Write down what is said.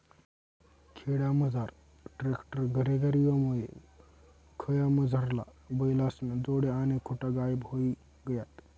खेडामझार ट्रॅक्टर घरेघर येवामुये खयामझारला बैलेस्न्या जोड्या आणि खुटा गायब व्हयी गयात